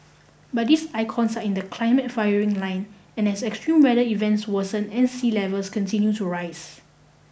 but these icons are in the climate firing line as extreme weather events worsen and sea levels continue to rise